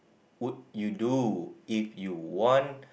would you do if you want